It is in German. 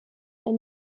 ein